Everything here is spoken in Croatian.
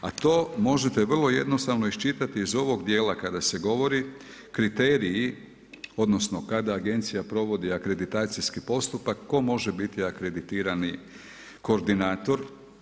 A to možete vrlo jednostavno iščitati iz ovog dijela kada se govori, kriteriji odnosno kada agencija provodi akreditacijski postupak tko može biti akreditirani koordinator.